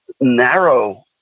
narrow